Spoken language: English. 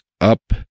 up